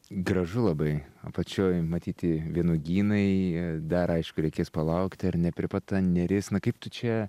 gražu labai apačioj matyti vynuogynai dar aišku reikės palaukti ar ne prie pat ta neris na kaip tu čia